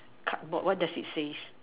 cardboard what does it says